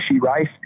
Rice